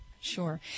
Sure